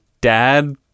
dad